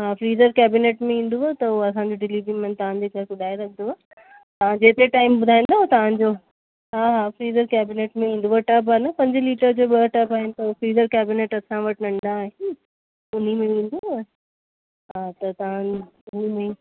freezer cabinet में ईंदव त हूअ असांजो डिलीवरी मेन तव्हांजे घर पुजाए रखदव तव्हां जेतिरे टाइम ॿुधाईंदा तव्हांजो हा हा फ़्रीजर केबिनेट में ईंदव टब आहे न पंज लीटर जो ॿ आहिनि त ऊ फ़्रीजर केबिनेट असां वटि नंढा आहिनि उन में ईंदव हा त तव्हां हुनमें